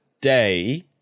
day